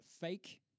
fake